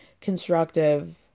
constructive